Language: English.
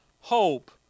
hope